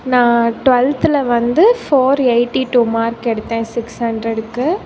நான் டுவெல்த்தில் வந்து ஃபோர் எய்ட்டி டூ மார்க் எடுத்தேன் சிக்ஸ் ஹண்ட்ரடுக்கு